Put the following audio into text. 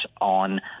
on